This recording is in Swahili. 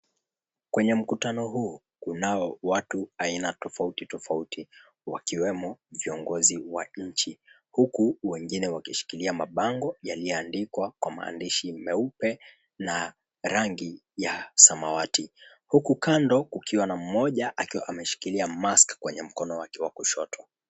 Kwenye mkutano huu, kunao watu aina tofauti tofauti, wakiwemo viongozi wa inchi huku wengine wakishikilia mabango yalioandikwa kwa maandishi meupe na rangi ya samawati. Huku kando kukiwa na mmoja akiwa ameshikilia mask kwenye mkono wake wa kushoto.